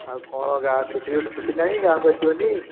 ଆଉ କ'ଣ ଗାଁ ଛୁଟି ଛୁଟି ନାହିଁ ଗାଁକୁ ଆସିବନି